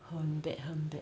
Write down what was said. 很 bad 很 bad